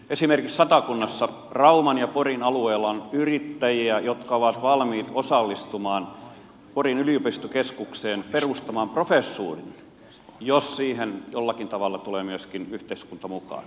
esimerkiksi satakunnassa rauman ja porin alueella on yrittäjiä jotka ovat valmiit osallistumaan porin yliopistokeskuksen perustamaan professuuriin jos siihen jollakin tavalla tulee myöskin yhteiskunta mukaan